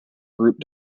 group